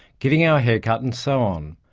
getting our hair cut and so on.